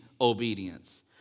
obedience